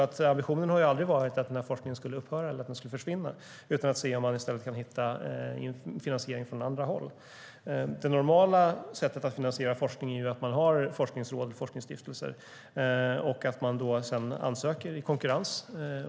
Ambitionen har aldrig varit att denna forskning skulle upphöra eller försvinna, utan den har varit att se om man kan hitta finansiering från andra håll. Det normala sättet att finansiera forskning är att man har forskningsråd och forskningsstiftelser och att man ansöker i konkurrens.